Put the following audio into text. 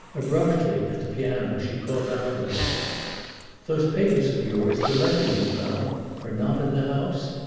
abruptly, at the piano, she called out to him those papers of yours the letters you found are not in the house?